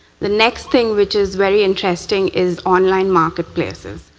the next thing which is very interesting is online marketplaces.